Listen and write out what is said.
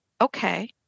okay